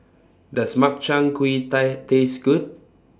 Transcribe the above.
Does Makchang Gui Taste Good